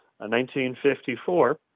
1954